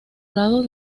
lado